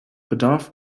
bedarf